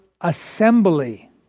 assembly